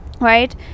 right